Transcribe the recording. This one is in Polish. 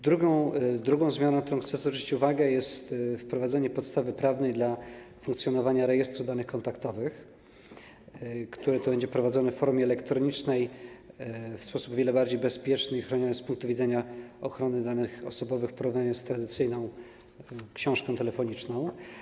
Drugą zmianą, na którą chcę zwrócić uwagę, jest wprowadzenie podstawy prawnej do funkcjonowania rejestru danych kontaktowych, który będzie prowadzony w formie elektronicznej w sposób o wiele bardziej bezpieczny i chroniony z punktu widzenia ochrony danych osobowych w porównaniu z tradycyjną książką telefoniczną.